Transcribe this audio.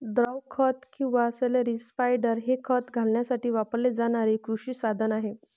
द्रव खत किंवा स्लरी स्पायडर हे खत घालण्यासाठी वापरले जाणारे कृषी साधन आहे